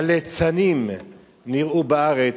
הליצנים נראו בארץ,